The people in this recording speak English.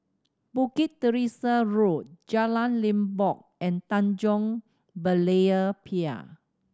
Bukit Teresa Road Jalan Limbok and Tanjong Berlayer Pier